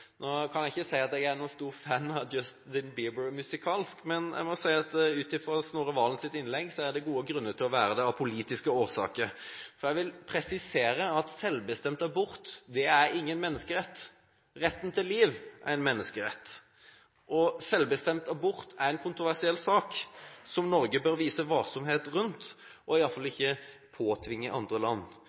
Jeg kan ikke si at jeg er noen stor fan av Justin Bieber musikalsk, men jeg må si at ut fra Snorre Serigstad Valens innlegg er det gode grunner til å være det av politiske årsaker – for jeg vil presisere at selvbestemt abort er ingen menneskerett. Retten til liv er en menneskerett. Selvbestemt abort er en kontroversiell sak som Norge bør vise varsomhet rundt og i alle fall ikke påtvinge andre land.